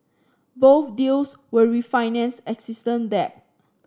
both deals will refinance existing debt